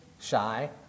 shy